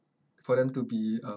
for them to be uh